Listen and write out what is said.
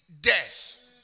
Death